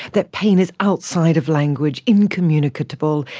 that pain is outside of language, incommunicable,